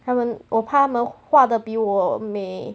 他们我怕他们化得比我美